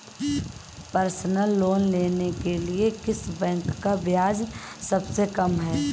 Personal loan के लिए किस बैंक का ब्याज सबसे कम है?